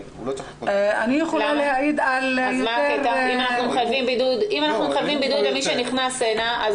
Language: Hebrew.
אם אנחנו מחייבים בידוד למי שנכנס לכאן אז